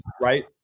right